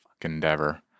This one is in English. Endeavor